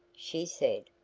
she said.